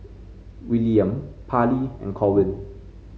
Willaim Parlee and Corwin